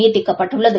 நீட்டிக்கப்பட்டுள்ளது